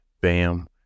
Bam